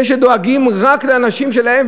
זה שדואגים רק לאנשים שלהם,